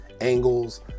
angles